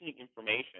information